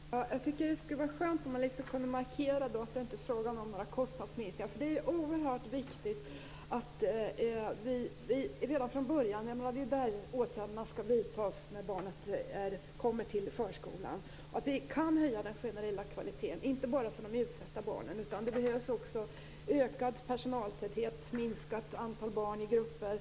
Herr talman! Jag tycker att det skulle vara skönt om man kunde markera att det inte är frågan om några kostnadsminskningar. Åtgärderna skall vidtas när barnet kommer till förskolan. Det är oerhört viktigt att vi redan från början höjer den generella kvaliteten. Det gäller inte bara för de utsatta barnen. Det behövs också ökad personaltäthet och minskat antal barn i grupperna.